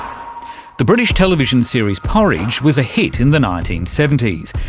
the british television series porridge was a hit in the nineteen seventy s.